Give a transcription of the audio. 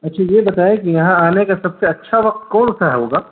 اچھا یہ بتائیں کہ یہاں آنے کا سب سے اچھا وقت کون سا ہے ہوگا